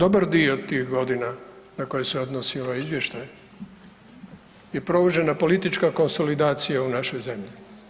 Dobar dio tih godina na koji se odnosi ovaj izvještaj je provođena politička konsolidacija u našoj zemlji.